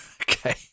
Okay